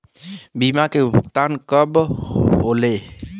बीमा के भुगतान कब कब होले?